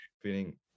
feeling